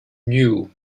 knew